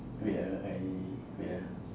wait ah I wait ah